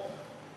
או?